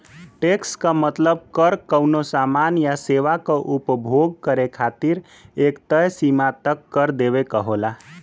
tax क मतलब कर कउनो सामान या सेवा क उपभोग करे खातिर एक तय सीमा तक कर देवे क होला